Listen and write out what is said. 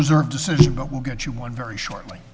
reserve decision but we'll get you one very shortly